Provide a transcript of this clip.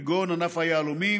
כגון ענף היהלומים,